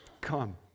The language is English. Come